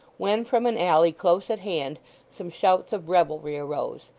when from an alley close at hand some shouts of revelry arose,